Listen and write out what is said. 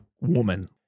woman